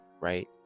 right